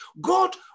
God